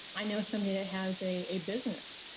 i know somebody that has a business,